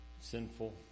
sinful